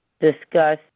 discuss